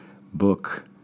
book